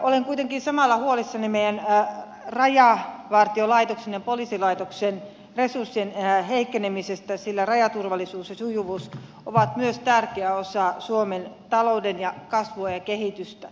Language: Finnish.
olen kuitenkin samalla huolissani meidän rajavartiolaitoksen ja poliisilaitoksen resurssien heikkenemisestä sillä rajaturvallisuus ja sujuvuus ovat myös tärkeä osa suomen talouden kasvua ja kehitystä